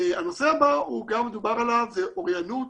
הנושא הבא, גם דובר עליו, זה אוריינות,